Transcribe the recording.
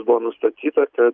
buvo nustatyta kad